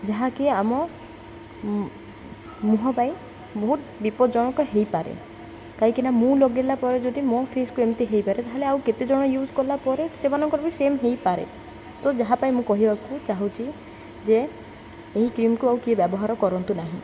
ଯାହାକି ଆମ ମୁହଁ ପାଇଁ ବହୁତ ବିପଦଜନକ ହେଇପାରେ କାହିଁକିନା ମୁଁ ଲଗେଇଲା ପରେ ଯଦି ମୋ ଫେସ୍କୁ ଏମିତି ହେଇପାରେ ତାହେଲେ ଆଉ କେତେ ଜଣ ୟୁଜ୍ କଲା ପରେ ସେମାନଙ୍କର ବି ସେମ୍ ହେଇପାରେ ତ ଯାହା ପାଇଁ ମୁଁ କହିବାକୁ ଚାହୁଁଛି ଯେ ଏହି କ୍ରିମ୍କୁ ଆଉ କିଏ ବ୍ୟବହାର କରନ୍ତୁ ନାହିଁ